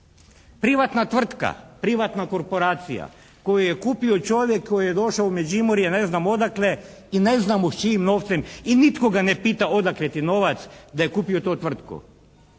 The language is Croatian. Privatna tvrtka, privatna korporacija koju je kupio čovjek koji je došao u Međimurje ne znam odakle i ne znam s čijim novcem i nitko ga ne pita odakle ti novac, da je kupio tu tvrtku.